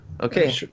Okay